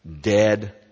dead